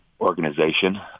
organization